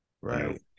right